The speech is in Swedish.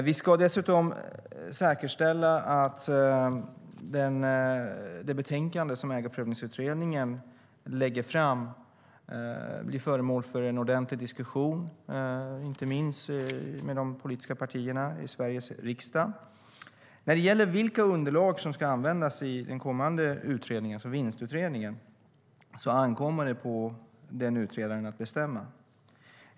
Vi ska dessutom säkerställa att det betänkande som Ägarprövningsutredningen lägger fram blir föremål för en ordentlig diskussion, inte minst med de politiska partierna i Sveriges riksdag. När det gäller vilka underlag som ska användas i den kommande utredningen, alltså Vinstutredningen, ankommer det på utredaren att bestämma detta.